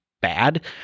bad